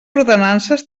ordenances